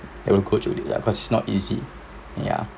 I will coach a bit lah cause it's not easy ya